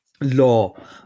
law